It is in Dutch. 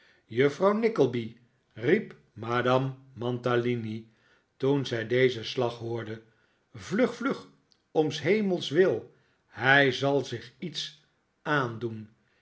juffrouw nickleby riep madame mantalini toen zij dezen slag hoorde vlug vlug om s hemels wil hij zal zich iets aandoen